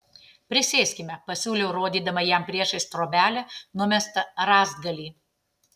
prisėskime pasiūliau rodydama jam priešais trobelę numestą rąstgalį